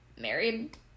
married